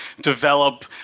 develop